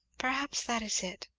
perhaps that is it.